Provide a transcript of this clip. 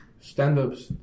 stand-ups